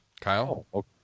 Kyle